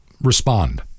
respond